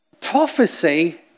Prophecy